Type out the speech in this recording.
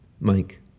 Mike